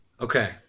Okay